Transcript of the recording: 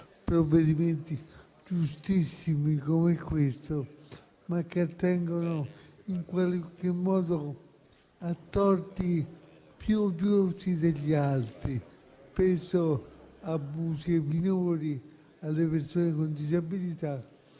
provvedimenti giustissimi come questo, ma che attengono in qualche modo a torti più gravi degli altri: penso ad abusi ai minori, alle persone con disabilità,